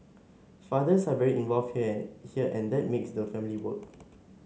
fathers are very involved here here and that makes the family work